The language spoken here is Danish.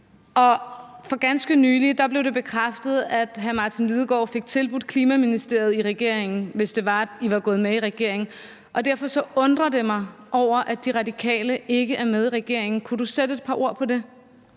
For ganske nylig blev det bekræftet, at hr. Martin Lidegaard fik tilbudt Klimaministeriet i regeringen, hvis man var gået med i regeringen. Derfor undrer jeg mig over, at De Radikale ikke er med i regeringen. Kunne ordføreren sætte et par ord på det?